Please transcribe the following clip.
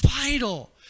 vital